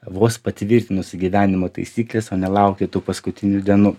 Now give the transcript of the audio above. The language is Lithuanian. vos patvirtinus įgyvenimo taisykles o nelaukti tų paskutinių dienų